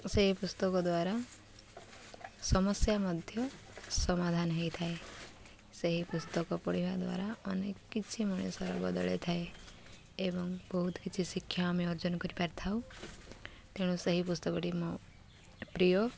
ସେହି ପୁସ୍ତକ ଦ୍ୱାରା ସମସ୍ୟା ମଧ୍ୟ ସମାଧାନ ହେଇଥାଏ ସେହି ପୁସ୍ତକ ପଢ଼ିବା ଦ୍ୱାରା ଅନେକ କିଛି ମଣିଷରବଦଳଥାଏ ଏବଂ ବହୁତ କିଛି ଶିକ୍ଷା ଆମେ ଅର୍ଜନ କରିପାରିଥାଉ ତେଣୁ ସେହି ପୁସ୍ତକଟି ମୋ ପ୍ରିୟ